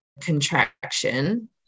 contraction